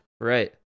Right